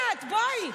הינה את, בואי.